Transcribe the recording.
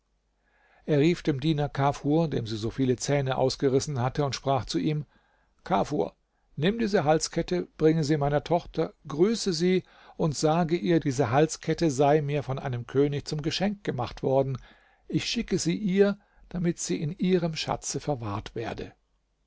er rief dem diener kafur dem sie so viele zähne ausgerissen hatte und sprach zu ihm kafur nimm diese halskette bringe sie meiner tochter grüße sie und sage ihr diese halskette sei mir von einem könig zum geschenk gemacht worden ich schicke sie ihr damit sie in ihrem schatze verwahrt werde